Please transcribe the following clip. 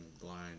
blind